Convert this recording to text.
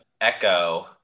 echo